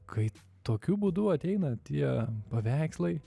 kaip tokiu būdu ateina tie paveikslai